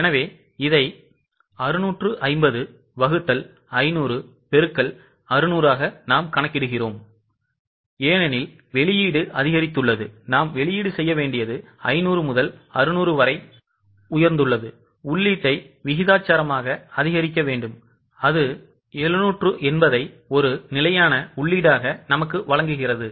எனவே இதை 650 வகுத்தல் 500 பெருக்கல் 600 ஆக கணக்கிடுகிறோம் ஏனெனில் வெளியீடு அதிகரித்துள்ளது நாம் வெளியீடு செய்ய வேண்டியது 500 முதல் 600 வரை உயர்ந்துள்ளது உள்ளீட்டை விகிதாசாரமாக அதிகரிக்க வேண்டும் இது 780 ஐ ஒரு நிலையான உள்ளீடாக நமக்கு வழங்குகிறது